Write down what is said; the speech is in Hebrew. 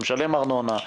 שמשלם ארנונה?